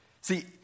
See